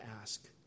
ask